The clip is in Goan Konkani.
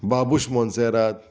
बाबूश मोन्सेरात